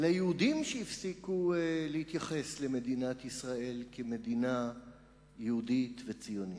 אל היהודים שהפסיקו להתייחס למדינת ישראל כמדינה יהודית וציונית.